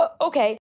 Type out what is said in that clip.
okay